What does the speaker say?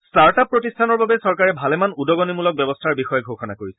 start up প্ৰতিষ্ঠানৰ বাবে চৰকাৰে ভালেমান উদগণিমূলক ব্যৱস্থাৰ বিষয়ে ঘোষণা কৰিছে